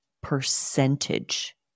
percentage